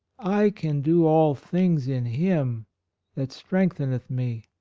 i can do all things in him that strengtheneth me.